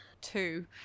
two